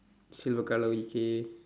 silver colour okay